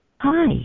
Hi